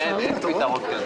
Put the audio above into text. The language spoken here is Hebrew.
אני לא מתערב בזה.